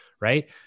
right